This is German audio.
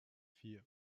vier